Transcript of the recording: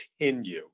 continue